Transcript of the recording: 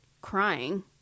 crying